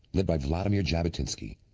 led by vladimir jabotinsky,